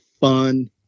fun